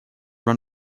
run